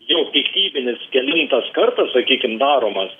jau piktybinis kelintas kartas sakykim daromas